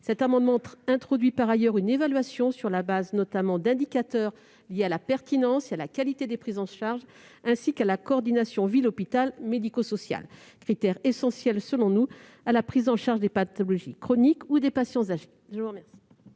Cet amendement tend par ailleurs à introduire une évaluation sur la base, notamment, d'indicateurs liés à la pertinence et à la qualité des prises en charge, ainsi qu'à la coordination ville-hôpital-médico-social, critères essentiels, selon nous, à la prise en charge des pathologies chroniques ou des patients âgés.